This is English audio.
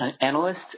analyst